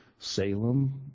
Salem